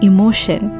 Emotion